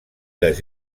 les